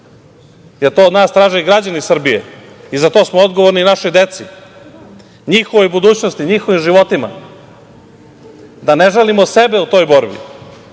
jer to od nas traže građani Srbije i za to smo odgovorni i našoj deci, njihovoj budućnosti, njihovim životima, da ne žalimo sebe u toj borbi,